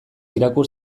irakur